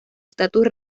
estatus